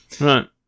Right